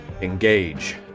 Engage